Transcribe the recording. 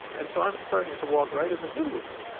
and so i'm starting to walk right in the middle of them.